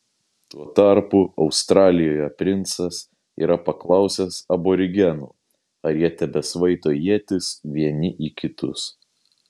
tuo tarpu australijoje princas yra paklausęs aborigenų ar jie tebesvaido ietis vieni į kitus